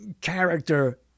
character